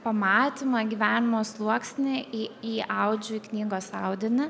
pamatymą gyvenimo sluoksnį į įaudžiu į knygos audinį